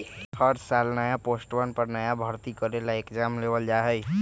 हर साल नया पोस्टवन पर नया भर्ती करे ला एग्जाम लेबल जा हई